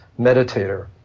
meditator